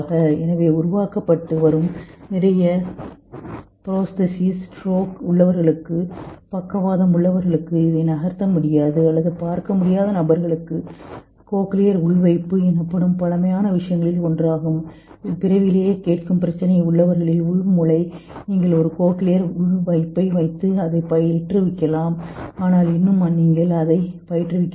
எனவே உருவாக்கப்பட்டு வரும் நிறைய புரோஸ்டெச்கள் பக்கவாதம் உள்ளவர்களுக்கு பக்கவாதம் உள்ளவர்களுக்கு இதை நகர்த்த முடியாது அல்லது பார்க்க முடியாத நபர்களுக்கு கோக்லியர் உள்வைப்பு என்பது பழமையான விஷயங்களில் ஒன்றாகும் இதில் பிறவி கேட்கும் பிரச்சினை உள்ளவர்கள் உள் மூளை நீங்கள் ஒரு கோக்லியர் உள்வைப்பை வைத்து அதைப் பயிற்றுவிக்கிறீர்கள் ஆனால் இன்னும் நீங்கள் அதைப் பயிற்றுவிக்க வேண்டும்